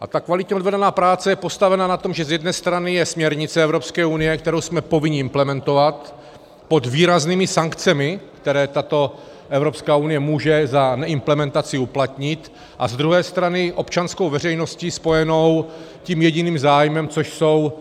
A ta kvalitně odvedená práce je postavena na tom, že z jedné strany je směrnice Evropské unie, kterou jsme povinni implementovat pod výraznými sankcemi, které Evropská unie může za neimplementaci uplatnit, a z druhé strany občanskou veřejností spojenou tím jediným zájmem, což jsou